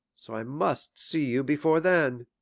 so i must see you before then.